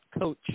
coach